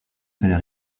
fallait